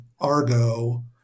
Argo